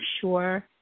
sure